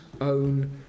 own